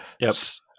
Yes